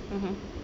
mmhmm